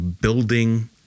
building